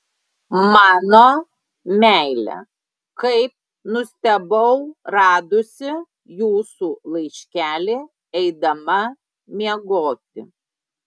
mano meile kaip nustebau radusi jūsų laiškelį eidama miegoti